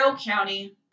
County